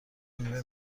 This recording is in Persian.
میوه